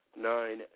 nine